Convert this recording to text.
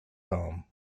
home